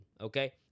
okay